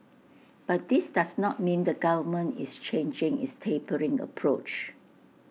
but this does not mean the government is changing its tapering approach